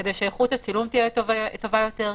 כדי שאיכות הצילום תהיה טובה יותר,